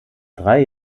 drei